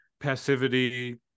passivity